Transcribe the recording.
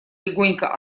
легонько